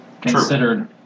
considered